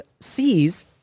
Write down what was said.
sees